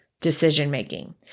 decision-making